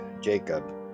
Jacob